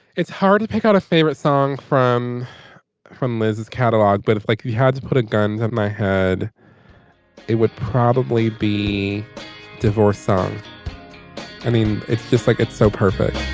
it's hard to pick out a favorite song from from liz's catalogue but if i had to put a gun to my head it would probably be divorce song i mean it's just like it's so perfect.